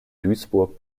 duisburg